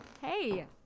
Hey